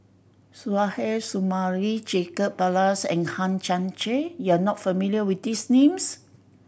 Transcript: Suzairhe Sumari Jacob Ballas and Hang Chang Chieh you are not familiar with these names